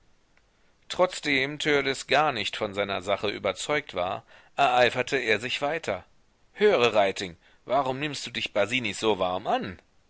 trotzdem törleß gar nicht von seiner sache überzeugt war ereiferte er sich weiter höre reiting warum nimmst du dich basinis so warm an